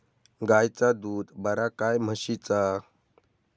गायचा दूध बरा काय म्हशीचा?